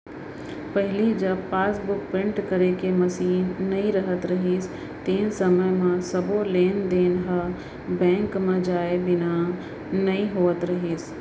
पहिली जब passbook print करे के मसीन नइ रहत रहिस तेन समय म सबो लेन देन ह बेंक म जाए बिना नइ होवत रहिस